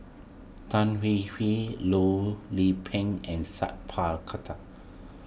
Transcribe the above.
Tan Hwee Hwee Loh Lik Peng and Sat Pal Khattar